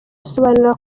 asobanura